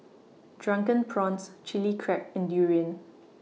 Drunken Prawns Chili Crab and Durian